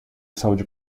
saúde